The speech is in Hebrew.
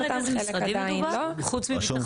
אפשר לדעת איזה משרדים מדובר, חוץ מביטחון?